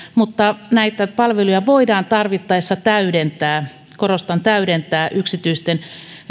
mutta näitä palveluja voidaan tarvittaessa täydentää korostan täydentää yksityisten